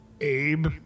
Abe